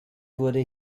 wurde